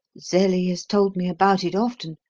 zelie has told me about it often.